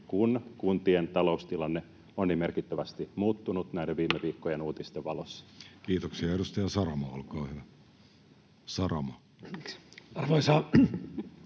kun kuntien taloustilanne on niin merkittävästi muuttunut näiden viime viikkojen uutisten valossa? Kiitoksia. — Edustaja Saramo, olkaa hyvä. Arvoisa